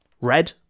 red